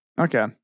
Okay